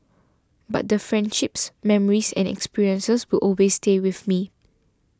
but the friendships memories and experiences will always stay with me